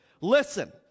Listen